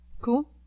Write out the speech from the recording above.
Cool